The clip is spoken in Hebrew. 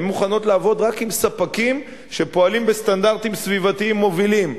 הן מוכנות לעבוד רק עם ספקים שפועלים בסטנדרטים סביבתיים מובילים.